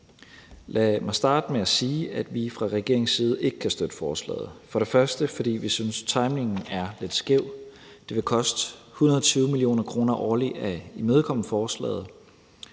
Lad mig starte med at sige, at vi fra regeringens side ikke kan støtte forslaget. Vi synes først og fremmest, at timingen er lidt skæv. Det vil koste 120 mio. kr. årligt at imødekomme forslaget.